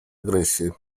агрессии